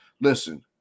listen